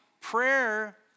prayer